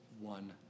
one